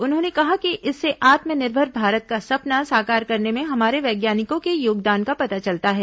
उन्होंने कहा कि इससे आत्मनिर्भर भारत का सपना साकार करने में हमारे वैज्ञानिकों के योगदान का पता चलता है